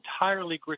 entirely